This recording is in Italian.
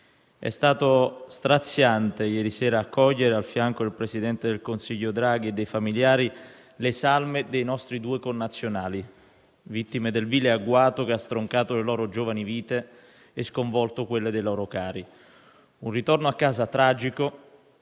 È stato straziante, ieri sera, accogliere, al fianco del presidente del Consiglio Draghi e dei familiari, le salme dei nostri due connazionali, vittime del vile agguato, che ha stroncato le loro giovani vite e sconvolto quelle dei loro cari; un ritorno a casa tragico,